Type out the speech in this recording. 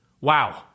wow